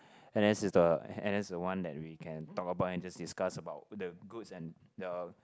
N_S is the N_S is the one that we can talk about and just discuss about the goods and the